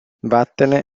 vattene